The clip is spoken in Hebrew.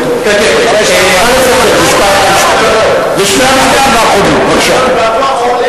אם אתה אומר, זה חשוב.